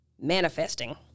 Manifesting